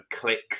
clicks